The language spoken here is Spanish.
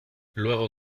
luego